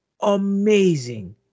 amazing